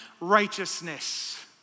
righteousness